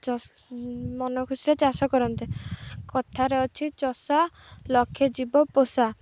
ମନ ଖୁସିରେ ଚାଷ କରନ୍ତେ କଥାରେ ଅଛି ଚଷା ଲକ୍ଷେ ଜୀବ ପୋଷା